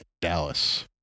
Dallas